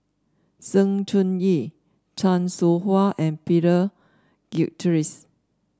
Sng Choon Yee Chan Soh Ha and Peter Gilchrist